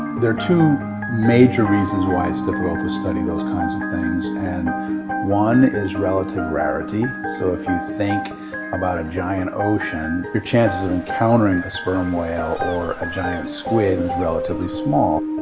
there are two major reasons why it's difficult to study those kinds of things, and one is relative rarity. so if you think about a giant ocean, your chances of encountering a sperm whale or a giant squid is relatively small.